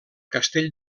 castell